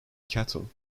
cattle